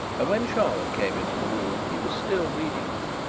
and when charlotte came into the room he was still reading them.